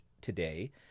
today